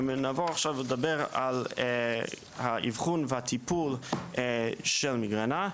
נעבור עכשיו לדבר על האבחון והטיפול של מיגרנה.